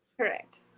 Correct